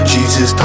Jesus